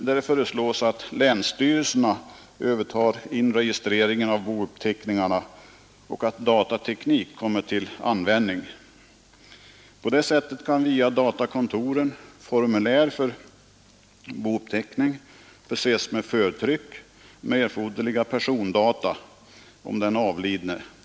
Där föreslås att länsstyrelserna övertar inregistreringarna av bouppteckningarna och att datateknik kommer till användning. På det sättet kan via datakontoren formulär för bouppteckning förses med förtryck med erforderliga persondata om den avlidne.